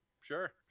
Sure